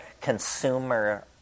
consumer